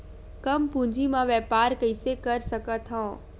कम पूंजी म व्यापार कइसे कर सकत हव?